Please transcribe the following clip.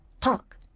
Talk